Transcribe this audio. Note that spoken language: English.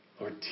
Lord